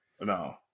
No